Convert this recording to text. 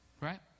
right